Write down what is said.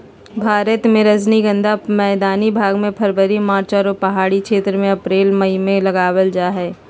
भारत मे रजनीगंधा मैदानी भाग मे फरवरी मार्च आरो पहाड़ी क्षेत्र मे अप्रैल मई मे लगावल जा हय